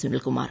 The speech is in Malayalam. സുനിൽകുമാർ